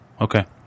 Okay